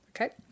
Okay